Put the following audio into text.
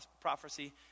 prophecy